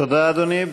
תודה, אדוני.